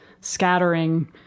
scattering